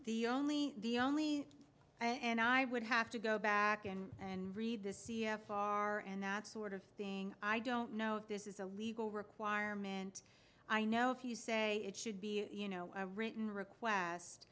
the only the only and i would have to go back and read the c f r and that sort of thing i don't know if this is a legal requirement i know if you say it should be you know a written request